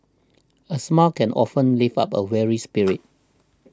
a smile can often lift up a weary spirit